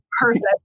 Perfect